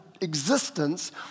existence